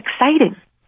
exciting